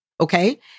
okay